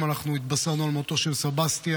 אנחנו התבשרנו על מותו של סבסטיאן,